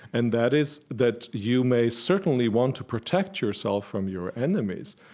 and that is that you may certainly want to protect yourself from your enemies,